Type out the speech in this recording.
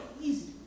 easy